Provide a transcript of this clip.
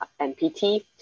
NPT